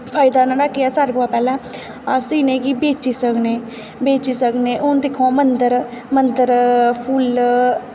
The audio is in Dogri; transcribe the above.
फैदा नोहाड़ा केह् ऐ सारें कोला पैह्लें अस इ'नें गी बेची सकने बेची सकने हून दिक्खो मन्दर फुल्ल